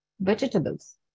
vegetables